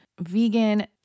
vegan